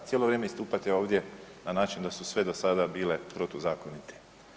Cijelo vrijeme istupate ovdje na način da su sve do sada bile protuzakonite.